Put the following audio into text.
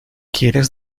quieres